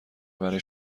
برای